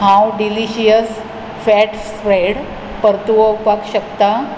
हांव delicious fat spread परतुवपाक शकता